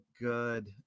good